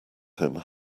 him